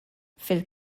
fil